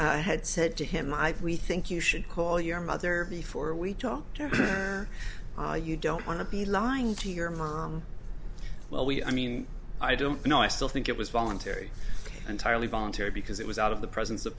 had said to him i've we think you should call your mother before we talk to her you don't want to be lying to your mom well we i mean i don't know i still think it was voluntary and tightly voluntary because it was out of the presence of